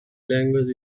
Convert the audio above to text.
language